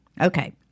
Okay